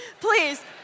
Please